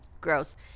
Gross